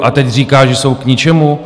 A teď říká, že jsou k ničemu?